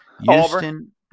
Houston